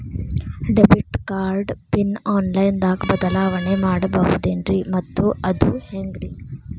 Debit card PIN online ದಾಗ ಬದಲಾವಣೆ ಮಾಡಬಹುದೇನ್ರಿ ಮತ್ತು ಅದು ಹೆಂಗ್ರಿ?